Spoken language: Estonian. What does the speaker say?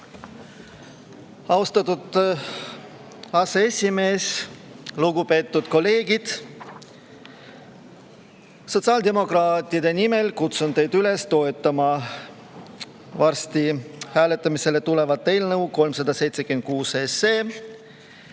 Austatud aseesimees! Lugupeetud kolleegid! Sotsiaaldemokraatide nimel kutsun teid üles toetama varsti hääletamisele tulevat eelnõu 376, mis